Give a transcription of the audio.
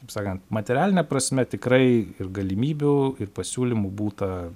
taip sakant materialine prasme tikrai ir galimybių ir pasiūlymų būta